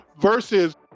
versus